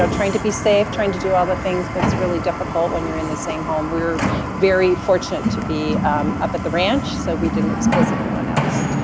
um trying to be safe, trying to do all the things, but it's really difficult when you're in the same home. we were very fortunate to be up at the ranch, so we didn't expose anyone else.